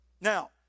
Now